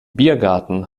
biergarten